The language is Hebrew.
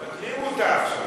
מבטלים אותה עכשיו.